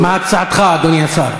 מה הצעתך, אדוני השר?